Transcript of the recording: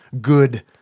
good